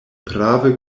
prave